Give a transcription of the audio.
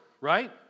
right